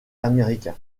américain